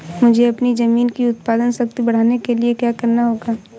मुझे अपनी ज़मीन की उत्पादन शक्ति बढ़ाने के लिए क्या करना होगा?